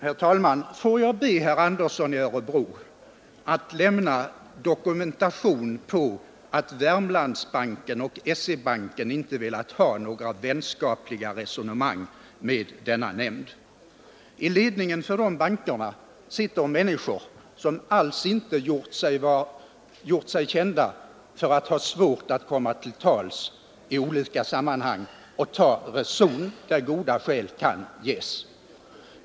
Herr talman! Får jag be herr Andersson i Örebro att lämna dokumentation på att Wermlandsbanken och SE-banken inte velat ha några vänskapliga resonemang med nämnden. I ledningen för dessa banker sitter människor som alls inte har gjort sig kända för att ha svårt att komma till tals med personer i olika sammanhang och lyssna till skäl där goda sådana kan ges.